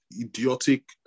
idiotic